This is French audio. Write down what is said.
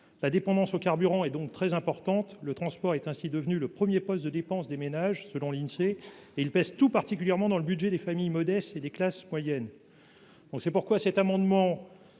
La dépendance aux carburants y est donc très importante : selon l'Insee, le transport est ainsi devenu le premier poste de dépenses des ménages outre-mer. Ces charges pèsent tout particulièrement sur le budget des familles modestes et des classes moyennes. C'est pourquoi cet amendement